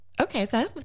Okay